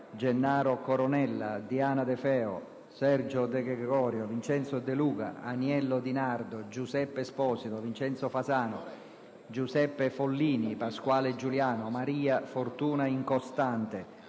Gennaro Coronella, Diana De Feo, Sergio De Gregorio, Vincenzo De Luca, Aniello Di Nardo, Giuseppe Esposito, Vincenzo Fasano, Giuseppe Follini, Pasquale Giuliano, Maria Fortuna Incostante,